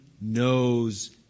knows